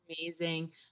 Amazing